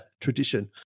tradition